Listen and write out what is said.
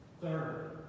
Third